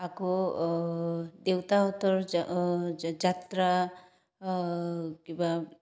আকৌ দেউতাহঁতৰ যাত্ৰা কিবা